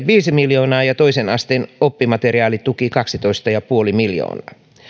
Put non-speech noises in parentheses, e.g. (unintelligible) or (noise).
(unintelligible) viisi miljoonaa ja toisen asteen oppimateriaalituki kaksitoista pilkku viisi miljoonaa